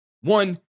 one